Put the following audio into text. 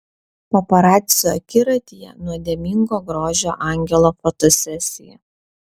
paparacių akiratyje nuodėmingo grožio angelo fotosesija